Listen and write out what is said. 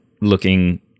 looking